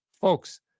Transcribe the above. Folks